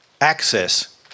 access